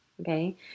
okay